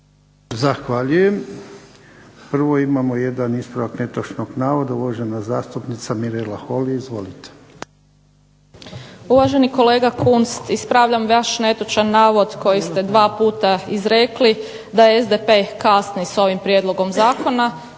Zahvaljujem. Prvo imamo jedan ispravak netočnog navoda. Uvažena zastupnica Mirela Holy, izvolite. **Holy, Mirela (SDP)** Uvaženi kolega Kunst, ispravljam vaš netočan navod koji ste dva puta izrekli da SDP kasni s ovim prijedlogom zakona.